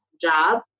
job